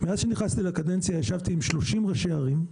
מאז שנכנסתי לקדנציה ישבתי עם 30 ראשי ערים,